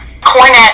Cornet